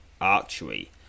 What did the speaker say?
archery